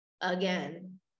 again